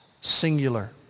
singular